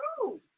true